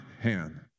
hand